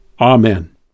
Amen